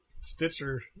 stitcher